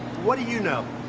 what do you you know?